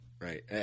Right